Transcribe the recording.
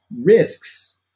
risks